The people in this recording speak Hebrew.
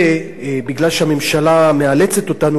מפני שהממשלה מאלצת אותנו לכך,